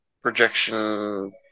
projection